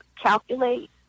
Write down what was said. calculate